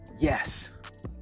Yes